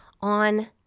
on